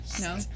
No